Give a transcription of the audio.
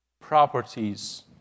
properties